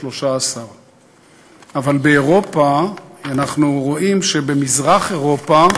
13. אבל באירופה אנחנו רואים שבמזרח-אירופה